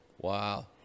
Wow